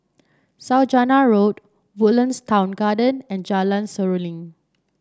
Saujana Road Woodlands Town Garden and Jalan Seruling